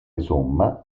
somma